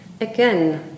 again